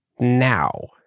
now